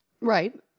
right